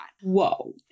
Whoa